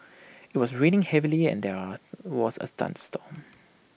IT was raining heavily and there are was A thunderstorm